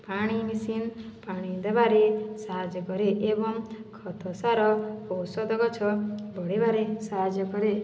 ପାଣି ମିସିନ ପାଣି ଦେବାରେ ସାହାଯ୍ୟ କରେ ଏବଂ ଖତ ସାର ଔଷଧ ଗଛ ବଢ଼ିବାରେ ସାହାଯ୍ୟ କରେ